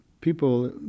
people